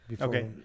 Okay